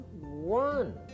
one